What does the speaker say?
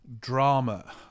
drama